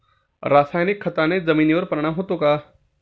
रासायनिक खताने जमिनीवर परिणाम होतो का?